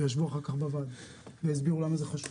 ואחר כך ישבו איתנו בוועדות והסבירו למה זה חשוב